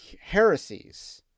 heresies